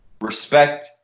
respect